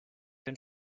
bin